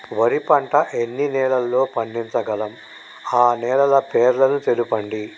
వరి పంట ఎన్ని నెలల్లో పండించగలం ఆ నెలల పేర్లను తెలుపండి?